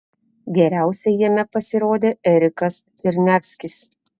geriausiai jame pasirodė erikas černiavskis